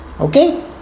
okay